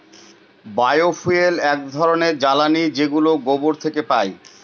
বায় fuel এক ধরনের জ্বালানী যেগুলো গোবর থেকে পাই